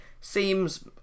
seems